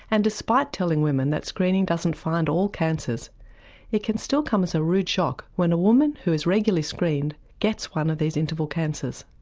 and despite telling women that screening doesn't find all cancers it can still come as a rude shock when a woman who is regularly screened gets one of these interval cancers.